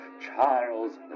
Charles